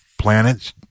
planets